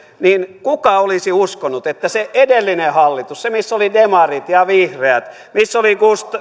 niin kuka olisi uskonut että se edellinen hallitus missä olivat demarit ja vihreät missä olivat